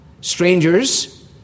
strangers